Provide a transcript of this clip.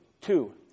Two